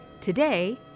Today